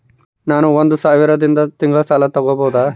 ನಾನು ಒಂದು ಸಾವಿರದಿಂದ ತಿಂಗಳ ಸಾಲ ತಗಬಹುದಾ?